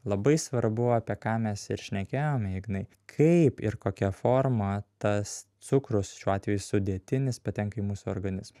labai svarbu apie ką mes ir šnekėjome ignai kaip ir kokia forma tas cukrus šiuo atveju sudėtinis patenka į mūsų organizmą